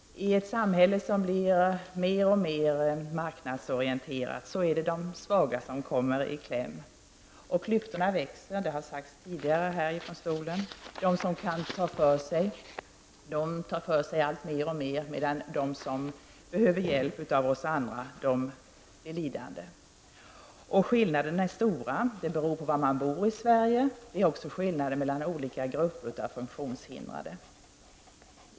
I ett samhälle som blir mer och mer marknadsorienterat är det de svaga som kommer i kläm. Klyftorna växer. Det har sagts tidigare från talarstolen. De som kan ta för sig tar för sig alltmer, medan de som behöver hjälp av oss andra blir lidande. Skillnaderna är stora. De beror på var i Sverige man bor. Det är också skillnader mellan olika grupper av funktionshindrade.